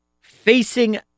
facing